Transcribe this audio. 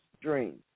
dreams